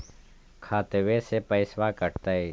खतबे से पैसबा कटतय?